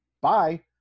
Bye